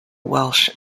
welsh